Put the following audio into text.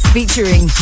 Featuring